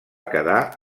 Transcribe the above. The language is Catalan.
quedar